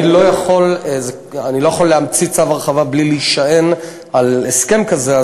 אני לא יכול להמציא צו הרחבה בלי להישען על הסכם כזה,